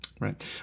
Right